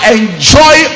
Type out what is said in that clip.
enjoy